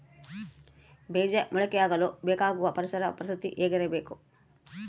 ಬೇಜ ಮೊಳಕೆಯಾಗಲು ಬೇಕಾಗುವ ಪರಿಸರ ಪರಿಸ್ಥಿತಿ ಹೇಗಿರಬೇಕು?